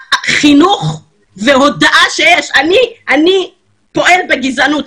חינוך והודאה של אני פועל בגזענות.